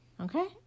Okay